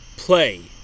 Play